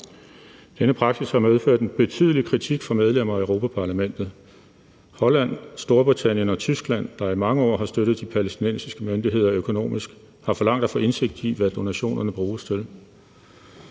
Denne praksis har medført en betydelig kritik fra medlemmer af Europa-Parlamentet. Holland, Storbritannien og Tyskland, der i mange år har støttet de palæstinensiske myndigheder økonomisk, har forlangt at få indsigt i, hvad donationerne bruges til.